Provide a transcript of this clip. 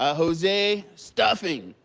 ah jose, stuffing!